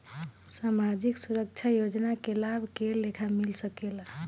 सामाजिक सुरक्षा योजना के लाभ के लेखा मिल सके ला?